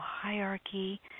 hierarchy